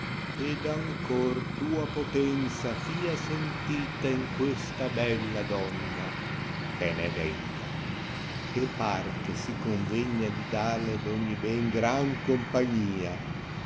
ed ancor tua potenza fia sentita in questa bella donna che n'è degna che par che si convegna di darle à ogni ben gran compagnia